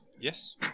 Yes